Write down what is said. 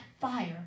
fire